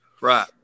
right